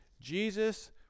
Jesus